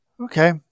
Okay